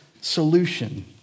solution